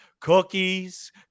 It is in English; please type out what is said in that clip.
cookies